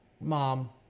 mom